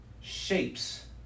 shapes